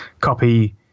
copy